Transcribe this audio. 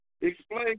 Explain